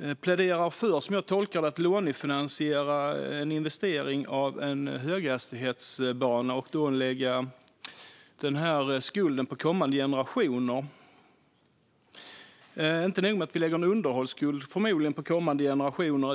här och pläderar för att lånefinansiera en höghastighetsbana och att lägga skulden på kommande generationer. Det är inte nog med att vi förmodligen lägger en underhållsskuld på kommande generationer.